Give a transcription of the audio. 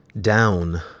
down